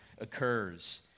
occurs